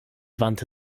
wandte